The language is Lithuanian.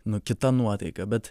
nu kita nuotaika bet